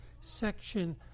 section